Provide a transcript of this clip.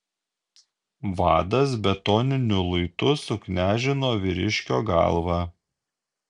vadas betoniniu luitu suknežino vyriškio galvą